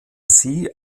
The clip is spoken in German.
sie